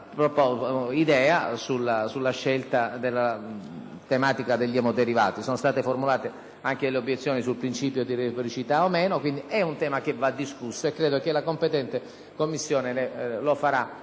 articolata sulla scelta della tematica degli emoderivati. Sono state formulate anche obiezioni sul principio di reciprocità; è un tema che va discusso e credo che la competente Commissione potrà